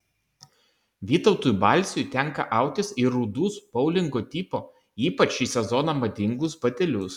vytautui balsiui tenka autis ir rudus boulingo tipo ypač šį sezoną madingus batelius